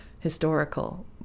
historical